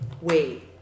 wait